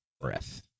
breath